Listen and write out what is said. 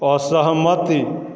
असहमति